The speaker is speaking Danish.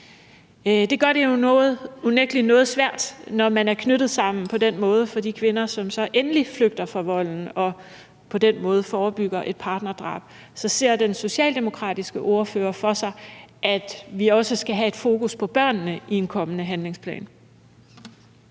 Det gør det jo unægtelig noget svært, når man er knyttet sammen på den måde, for de kvinder, som så endelig flygter fra volden og på den måde forebygger et partnerdrab. Så ser den socialdemokratiske ordfører for sig, at vi også skal have et fokus på børnene selv i en kommende handlingsplan?